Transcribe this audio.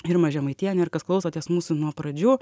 irmą žemaitienę ir kas klausotės mūsų nuo pradžių